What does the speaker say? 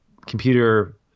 computer